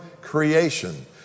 creation